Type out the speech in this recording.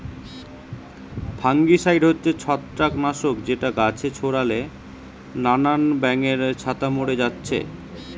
fungicide হচ্ছে ছত্রাক নাশক যেটা গাছে ছোড়ালে নানান ব্যাঙের ছাতা মোরে যাচ্ছে